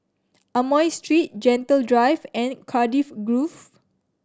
Amoy Street Gentle Drive and Cardiff Grove